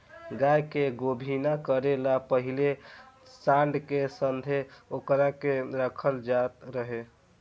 गाय के गोभिना करे ला पाहिले सांड के संघे ओकरा के रखल जात रहे